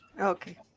Okay